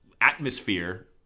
Atmosphere